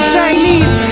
Chinese